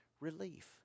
relief